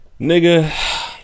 nigga